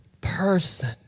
person